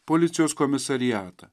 policijos komisariatą